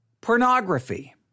pornography